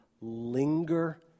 linger